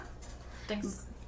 thanks